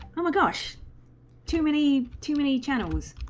um gosh too many to many channels